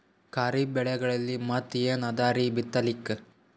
ಖರೀಫ್ ಬೆಳೆಗಳಲ್ಲಿ ಮತ್ ಏನ್ ಅದರೀ ಬಿತ್ತಲಿಕ್?